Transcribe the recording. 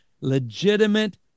legitimate